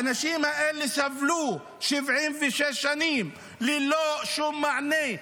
האנשים האלה סבלו 76 שנים ללא שום מענה,